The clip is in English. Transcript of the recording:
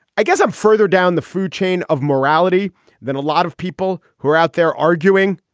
i guess i'm further down the food chain of morality than a lot of people who are out there arguing.